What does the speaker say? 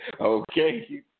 Okay